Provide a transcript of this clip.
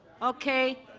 okay.